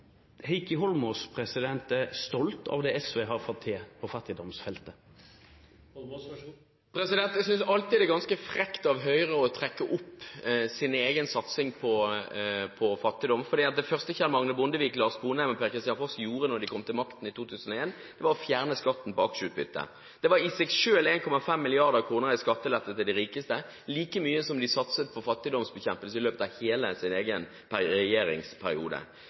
Heikki Holmås stolt av det SV har fått til på fattigdomsfeltet? Jeg synes alltid det er ganske frekt av Høyre å trekke opp sin egen satsing på fattigdom, for det første Kjell Magne Bondevik, Lars Sponheim og Per-Kristian Foss gjorde da de kom til makten i 2001, var å fjerne skatten på aksjeutbytte. Det var i seg selv 1,5 mrd. kr i skattelette til de rikeste – like mye som de satset på fattigdomsbekjempelse i løpet av hele sin egen regjeringsperiode.